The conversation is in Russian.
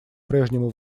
прежнему